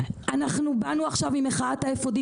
באנו עכשיו ממחאת האפודים,